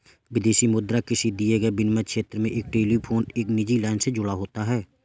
विदेशी मुद्रा किसी दिए गए विनिमय क्षेत्र में एक टेलीफोन एक निजी लाइन से जुड़ा होता है